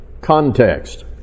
Context